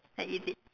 and eat it